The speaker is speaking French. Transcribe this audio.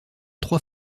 trois